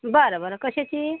बरं बरं कशाची